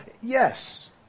yes